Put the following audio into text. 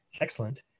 excellent